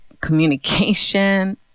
communication